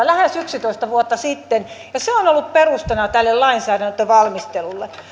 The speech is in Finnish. lähes yksitoista vuotta sitten ja se on ollut perustana tälle lainsäädäntövalmistelulle